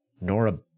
Nora